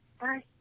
Bye